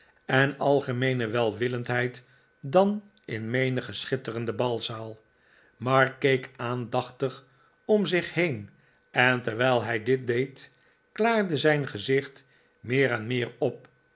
en algemeene welwillendheid dan in menige schitterende balzaal mark keek aandachtig om zich heen en terwijl hij dit deed klaarde zijn gezicht meer en meer op